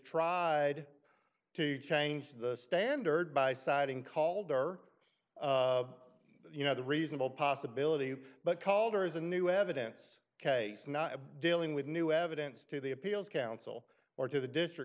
tried to change the standard by citing calder you know the reasonable possibility but calder is a new evidence case not dealing with new evidence to the appeals council or to the district